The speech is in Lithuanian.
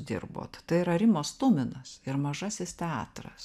dirbot tai yra rimas tuminas ir mažasis teatras